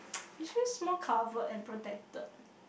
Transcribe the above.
it feels more cover and protected